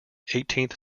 eighteenth